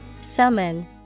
Summon